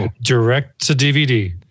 Direct-to-DVD